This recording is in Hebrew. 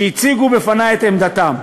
ואלה הציגו בפני את עמדתם.